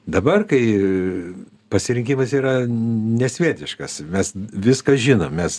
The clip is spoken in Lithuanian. dabar kai pasirinkimas yra nesvietiškas mes viską žinom mes